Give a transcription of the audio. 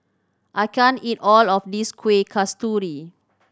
I can't eat all of this Kuih Kasturi